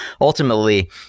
ultimately